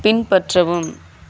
பின்பற்றவும்